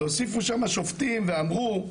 והוסיפו שם השופטים ואמרו,